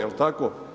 Jel' tako?